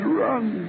run